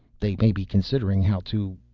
they may be considering how to,